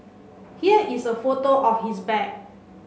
here is a photo of his bag